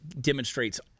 demonstrates